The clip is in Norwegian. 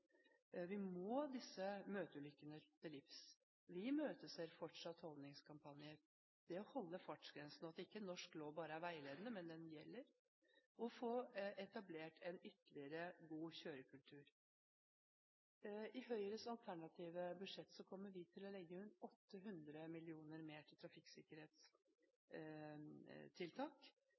Vi må disse møteulykkene til livs. Vi imøteser fortsatt holdningskampanjer – det å holde fartsgrensene, at norsk lov ikke bare er veiledende, men at den gjelder, og det å få etablert en ytterligere god kjørekultur. I Høyres alternative budsjett kommer vi til å legge inn 800 mill. kr mer til trafikksikkerhetstiltak